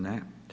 Ne.